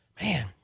Man